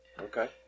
okay